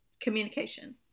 communication